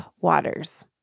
waters